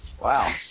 wow